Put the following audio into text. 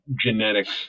genetics